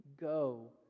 Go